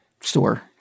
store